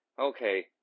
Okay